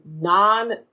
non